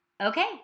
Okay